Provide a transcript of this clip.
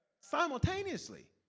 Simultaneously